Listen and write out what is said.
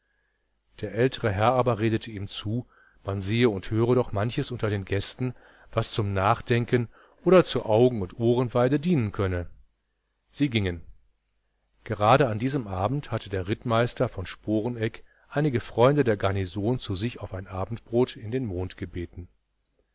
der ältere herr aber redete ihm zu man sehe und höre doch manches unter den gästen was zum nachdenken oder zur augen und ohrenweide dienen könne sie gingen gerade an diesem abend hatte der rittmeister von sporeneck einige freunde der garnison zu sich auf ein abendbrot in den mond gebeten